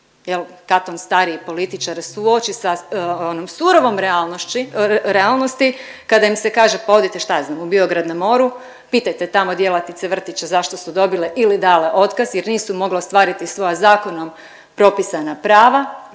jel' Katon Stariji političar suoči sa onom surovom realnosti, kada im se kaže pa odite šta ja znam u Biograd na moru, pitajte tamo djelatnice vrtića zašto su dobile ili dale otkaz jer nisu mogle ostvariti svoja zakonom propisana prava